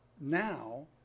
now